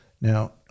Now